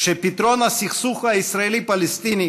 שפתרון הסכסוך הישראלי פלסטיני